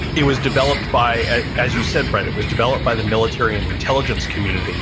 it was developed by as you said, brett, it was developed by the military and the intelligence community